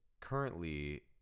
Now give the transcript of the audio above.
Currently